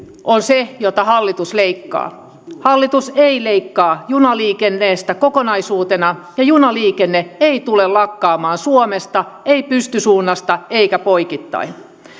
on se jota hallitus leikkaa hallitus ei leikkaa junaliikenteestä kokonaisuutena ja junaliikenne ei tule lakkaamaan suomesta ei pystysuunnasta eikä poikittain